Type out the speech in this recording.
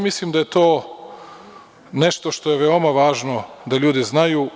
Mislim da je to nešto što je veoma važno da znaju.